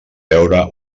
veure